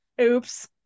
Oops